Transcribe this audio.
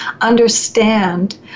understand